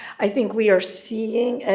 i think we are seeing,